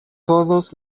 todos